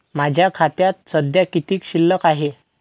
माझ्या खात्यात सध्या किती शिल्लक आहे?